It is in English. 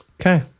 Okay